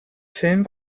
film